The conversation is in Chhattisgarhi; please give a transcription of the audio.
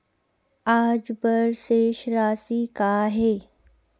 आज बर शेष राशि का हे?